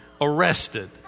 arrested